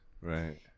right